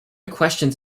questions